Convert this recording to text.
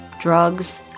Drugs